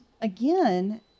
again